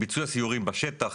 ביצוע סיורים בשטח,